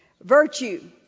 virtue